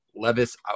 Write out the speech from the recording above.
Levis